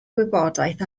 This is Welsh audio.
wybodaeth